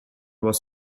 was